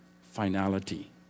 finality